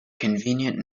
convenient